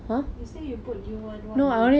you say you put new one what new one